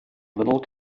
little